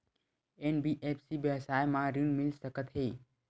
NBFC व्यवसाय मा ऋण मिल सकत हे